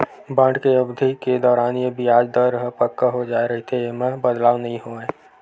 bond के अबधि के दौरान ये बियाज दर ह पक्का हो जाय रहिथे, ऐमा बदलाव नइ होवय